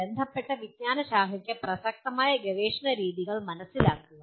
ബന്ധപ്പെട്ട വിജ്ഞാനശാഖക്ക് പ്രസക്തമായ ഗവേഷണ രീതികൾ മനസിലാക്കുക